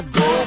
go